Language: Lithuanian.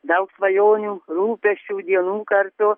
daug svajonių rūpesčių dienų kartu